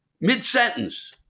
Mid-sentence